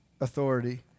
authority